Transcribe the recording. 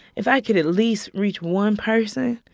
if i could at least reach one person.